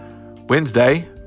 Wednesday